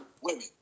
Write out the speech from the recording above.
women